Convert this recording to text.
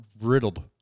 riddled